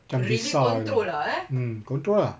macam visa ya mm control ah